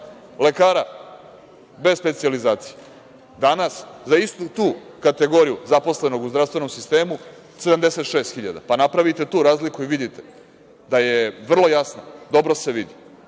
lekara, bez specijalizacije. Danas za istu tu kategoriju zaposlenog u zdravstvenom sistemu 76.000. Napravite tu razliku i vidite da je vrlo jasna. Dobro se vidi